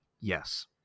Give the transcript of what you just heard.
yes